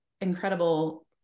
incredible